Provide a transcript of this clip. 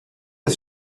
ist